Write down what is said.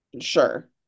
Sure